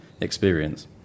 experience